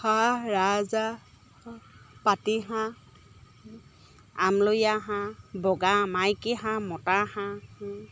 হাঁহ ৰাজহাঁহ পাতি হাঁহ আমলৰীয়া হাঁহ বগা মাইকী হাঁহ মতা হাঁহ